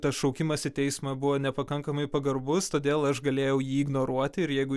tas šaukimas į teismą buvo nepakankamai pagarbus todėl aš galėjau jį ignoruoti ir jeigu